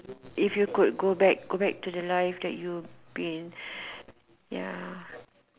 if you could go back go back to the life that you've been ya